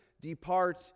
depart